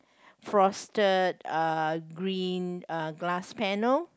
frosted uh green uh glass panel